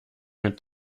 mit